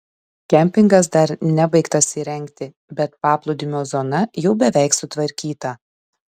kempingas dar nebaigtas įrengti bet paplūdimio zona jau beveik sutvarkyta